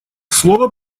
слово